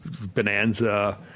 bonanza